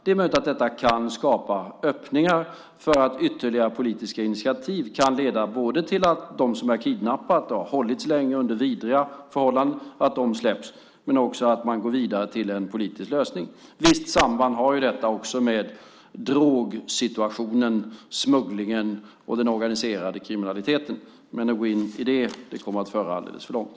Det är möjligt att detta kan skapa öppningar för att ytterligare politiska initiativ kan leda både till att de som är kidnappade, och som länge har hållits under vidriga förhållanden, släpps och till att man går vidare till en politisk lösning. Ett visst samband har ju detta också med drogsituationen, smugglingen och den organiserade kriminaliteten. Men att gå in i det kommer att föra alldeles för långt.